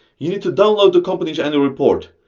you need to download the company's annual report.